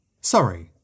Sorry